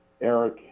Eric